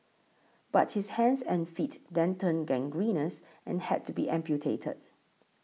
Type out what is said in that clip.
but his hands and feet then turned gangrenous and had to be amputated